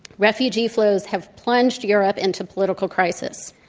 refugee flows have plunged europe into political crisis.